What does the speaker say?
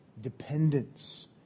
dependence